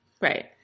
Right